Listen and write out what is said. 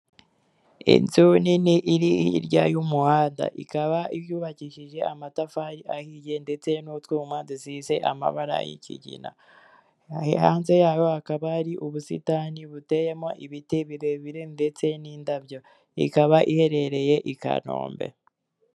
Inzu nini iri hirya y'umuhanda ikaba yubakishije amatafari ahiye ndetse n'utwuma dusize amabara y'ikigina, hanze yayo hakaba ari ubusitani buteyemo ibiti birebire ndetse n'indabyo ikaba iherereye i Kanombe.